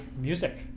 music